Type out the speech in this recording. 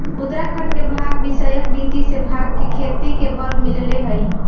उत्तराखण्ड के भाँग विषयक नीति से भाँग के खेती के बल मिलले हइ